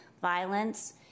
violence